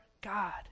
God